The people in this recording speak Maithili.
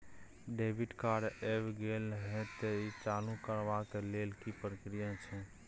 डेबिट कार्ड ऐब गेल हैं त ई चालू करबा के लेल की प्रक्रिया छै?